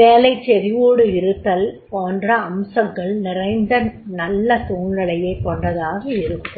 வேலைச் செறிவோடிருத்தல் போன்ற அம்சங்கள் நிறைந்து நல்ல சூழ்னிலையைக் கொண்டதாக இருக்கும்